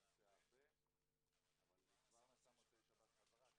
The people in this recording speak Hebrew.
אבל במוצאי שבת הוא כבר נסע חזרה,